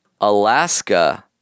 Alaska